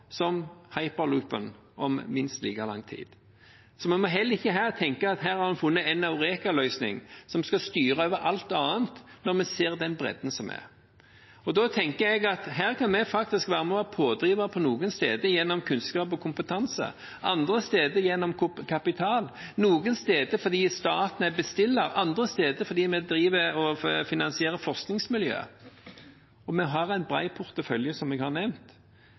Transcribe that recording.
som hyperloopen om minst like lang tid. Vi må heller ikke her tenke at her har vi funnet en eurekaløsning som skal styre over alt annet, når vi ser den bredden som er. Da tenker jeg at her kan vi faktisk være med og være pådrivere – på noen steder gjennom kunnskap og kompetanse, andre steder gjennom kapital, noen steder fordi staten er bestiller, andre steder fordi vi driver og finansierer forskningsmiljø. Vi har en bred portefølje, som jeg har nevnt.